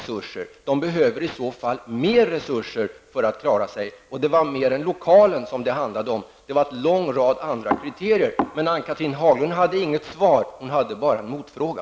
Skolan behöver i stället mer resurser för att klara sig. Det var mer än lokaler det handlade om. Det fanns en lång rad andra kriterier också. Men Ann-Cathrine Haglund hade inget svar, hon hade bara en motfråga.